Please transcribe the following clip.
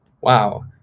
wow